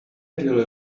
really